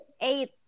eight